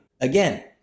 Again